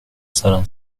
سرم